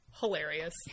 hilarious